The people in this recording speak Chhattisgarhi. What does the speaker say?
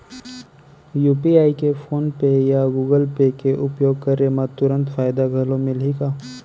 यू.पी.आई के फोन पे या गूगल पे के उपयोग करे म तुरंत फायदा घलो मिलही का?